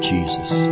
Jesus